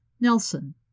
Nelson